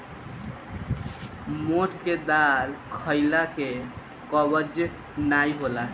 मोठ के दाल खईला से कब्ज नाइ होला